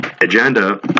agenda